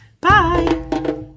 Bye